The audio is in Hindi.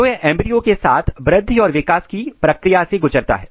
तो यह एंब्रियो एक साथ वृद्धि और विकास की प्रक्रिया से गुजरता है